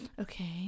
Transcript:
Okay